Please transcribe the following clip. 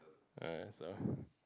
alright so